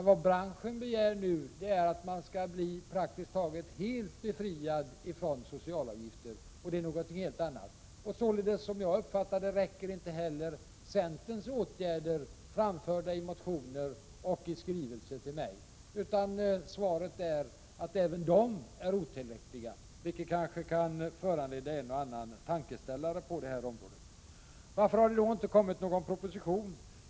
Vad branschen nu begär är att den skall bli praktiskt taget helt befriad från socialavgifter och det är något helt annat. Som jag uppfattar det räcker inte heller de förslag till åtgärder som centern framfört till mig i motioner och skrivelser. Svaret är att även de åtgärderna är otillräckliga, vilket kanske kan föranleda en och annan tankeställare på detta område. Varför har det då inte kommit någon proposition?